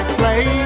play